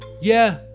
Yeah